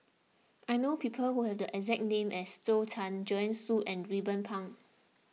I know people who have the exact name as Zhou Can Joanne Soo and Ruben Pang